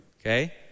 Okay